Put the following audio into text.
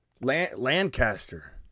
Lancaster